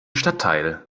stadtteil